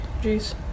jeez